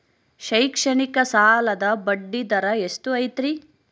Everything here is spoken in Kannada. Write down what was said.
ಶೈಕ್ಷಣಿಕ ಸಾಲದ ಬಡ್ಡಿ ದರ ಎಷ್ಟು ಐತ್ರಿ?